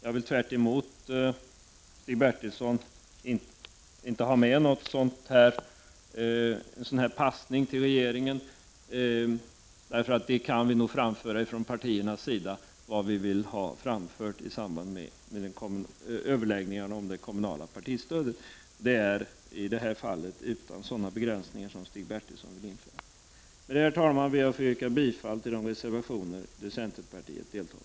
Jag vill i motsats till Stig Bertilsson inte ha någon "passning" till regeringen, därför att vi från partiernas sida kan framföra våra synpunkter i samband med överläggningar om kommunalt partistöd. Vi vill inte ha sådana begränsningar som Stig Bertilsson vill införa. Med detta, herr talman, yrkar jag bifall till de reservationer där centern deltar.